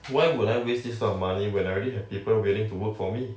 why would I waste this type of money when I already have people willing to work for me